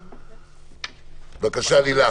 בבקשה, לילך.